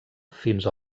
fins